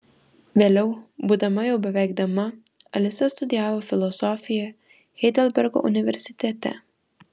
vėliau būdama jau beveik dama alisa studijavo filosofiją heidelbergo universitete